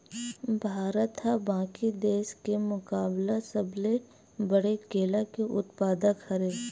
भारत हा बाकि देस के मुकाबला सबले बड़े केला के उत्पादक हरे